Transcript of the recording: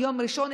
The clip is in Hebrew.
מהיום הראשון,